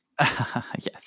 yes